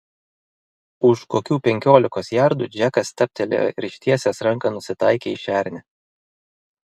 už kokių penkiolikos jardų džekas stabtelėjo ir ištiesęs ranką nusitaikė į šernę